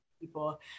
people